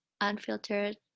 unfiltered